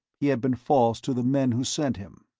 he had been false to the men who sent him.